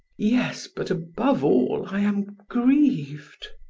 yes, but above all i am grieved.